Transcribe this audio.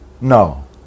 No